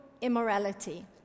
immorality